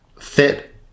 fit